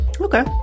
Okay